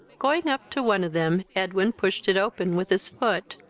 going up to one of them, edwin pushed it open with his foot,